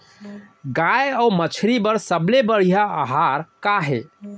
गाय अऊ मछली बर सबले बढ़िया आहार का हे?